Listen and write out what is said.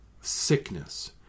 sickness